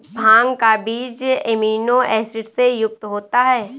भांग का बीज amino acid से युक्त होता है